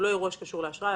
הוא לא אירוע שקשור לאשראי,